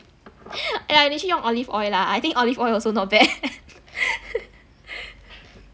!aiya! 你去用 olive oil lah I think olive oil also not bad